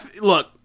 look